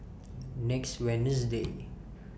next Wednesday